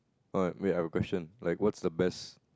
what wait I have a question like what's the best